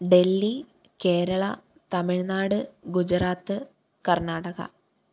Delhi Kerala Tamil Nadu Gujarat Karnataka